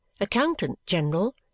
Accountant-General